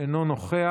אינו נוכח,